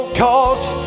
cause